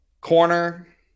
Corner